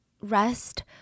rest